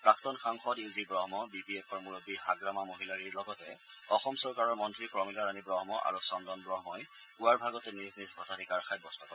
প্ৰাক্তন সাংসদ U G Brahma B P এফৰ মুৰববী হাগ্ৰামা মহিলাৰীৰ লগতে অসম চৰকাৰৰ মন্ত্ৰী প্ৰমীলাৰাণী ব্ৰহ্ম আৰু চন্দন ব্ৰহ্মই পুৱাৰ ভাগতে নিজ নিজ ভোটাধিকাৰ সাব্যস্ত কৰে